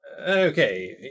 Okay